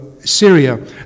Syria